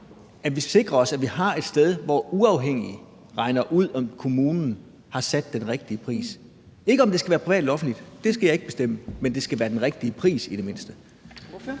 at vi sikrer os, at vi har et sted, hvor uafhængige folk regner ud, om kommunen har sat den rigtige pris. Det handler ikke om, at det skal være privat eller offentligt – det skal jeg ikke bestemme – men det skal i det mindste være